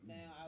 Now